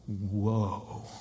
Whoa